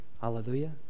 hallelujah